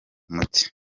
muke